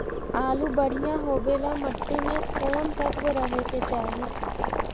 आलु बढ़िया होबे ल मट्टी में कोन तत्त्व रहे के चाही?